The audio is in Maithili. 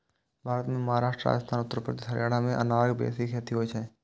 भारत मे महाराष्ट्र, राजस्थान, उत्तर प्रदेश, हरियाणा मे अनारक बेसी खेती होइ छै